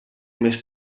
més